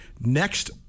next